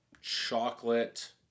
chocolate